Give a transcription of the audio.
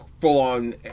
full-on